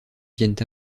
viennent